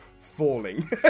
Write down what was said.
falling